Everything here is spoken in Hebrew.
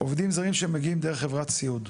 עובדים זרים שמגיעים דרך חברת סיעוד.